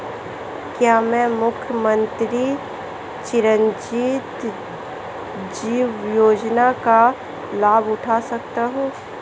क्या मैं मुख्यमंत्री चिरंजीवी योजना का लाभ उठा सकता हूं?